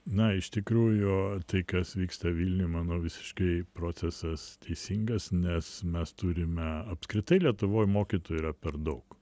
na iš tikrųjų tai kas vyksta vilniuj manau visiškai procesas teisingas nes mes turime apskritai lietuvoj mokytojų yra per daug